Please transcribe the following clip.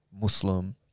Muslim